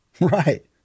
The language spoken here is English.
Right